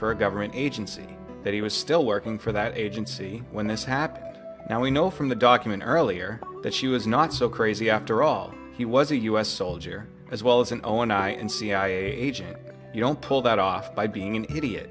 for a government agency that he was still working for that agency when this happened now we know from the document earlier that she was not so crazy after all he was a us soldier as well as an own i and cia agent you don't pull that off by being an idiot